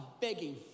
begging